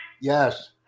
Yes